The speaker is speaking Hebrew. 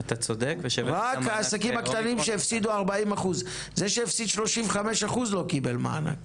רק העסקים הקטנים שהפסידו 40%; זה שהפסיד 35% לא קיבל מענק.